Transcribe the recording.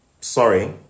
sorry